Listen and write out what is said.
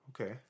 Okay